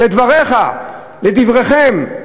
לדבריך, לדבריכם,